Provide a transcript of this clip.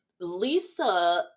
Lisa